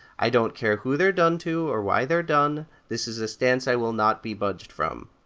i don't care who they're done to or why they're done. this is a stance i will not be budged from.